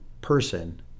person